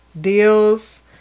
deals